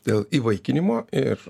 dėl įvaikinimo ir